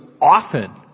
often